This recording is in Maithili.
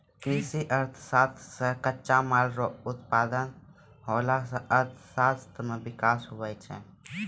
कृषि अर्थशास्त्र से कच्चे माल रो उत्पादन होला से अर्थशास्त्र मे विकास हुवै छै